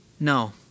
No